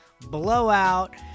blowout